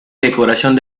decoración